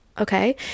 okay